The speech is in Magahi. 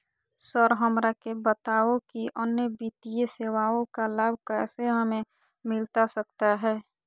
सर हमरा के बताओ कि अन्य वित्तीय सेवाओं का लाभ कैसे हमें मिलता सकता है?